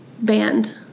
band